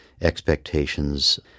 Expectations